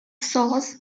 saws